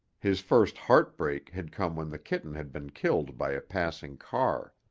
his first heartbreak had come when that kitten had been killed by a passing car.